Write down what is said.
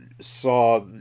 saw